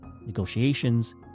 negotiations